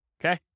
okay